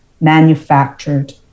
manufactured